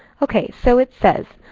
ok. so it says,